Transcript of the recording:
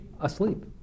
Asleep